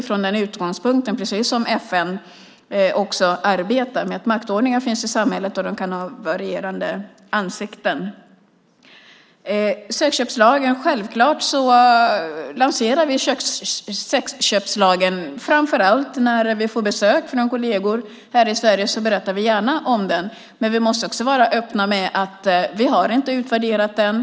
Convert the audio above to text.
FN arbetar också från utgångspunkten att maktordningen finns i samhället och att den kan ha varierande ansikten. Vi lanserar självklart sexköpslagen. Framför allt när vi får besök av kolleger här i Sverige berättar vi gärna om den. Vi måste också vara öppna med att vi inte har utvärderat den.